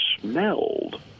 smelled